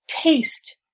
taste